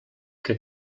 que